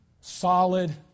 solid